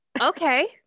okay